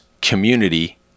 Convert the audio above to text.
community